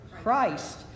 Christ